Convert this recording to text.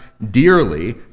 dearly